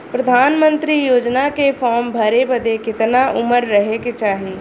प्रधानमंत्री योजना के फॉर्म भरे बदे कितना उमर रहे के चाही?